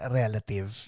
relative